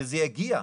וזה יגיע.